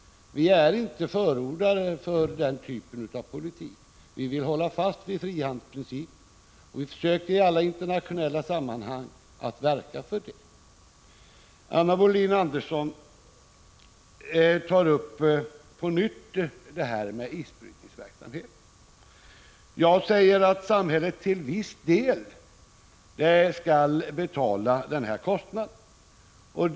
Vi förordar inte denna typ av politik. Vi vill hålla fast vid frihandelsprincipen, och vi försöker att verka för den i alla internationella sammanhang. Anna Wohlin-Andersson tar på nytt upp frågan om isbrytningsverksamheten. Jag menar att samhället till viss del skall betala kostnaden för denna verksamhet.